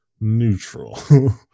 Neutral